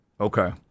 Okay